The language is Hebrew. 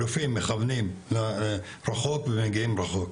אלופים מכוונים רחוק ומגיעים רחוק.